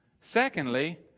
Secondly